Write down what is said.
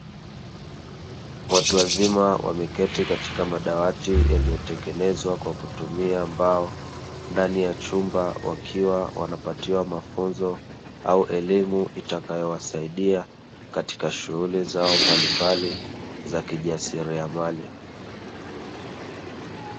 Watu wazima wameketi katika madawati yaliyotengenezwa kwa kutumia mbao, ndani ya chumba wakiwa wanapatiwa mafunzo au elimu itakayo wasaidia katika shughuli zao mbalimbali za kijasiriamali.